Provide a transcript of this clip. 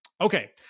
Okay